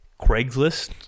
Craigslist